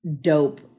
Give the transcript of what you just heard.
dope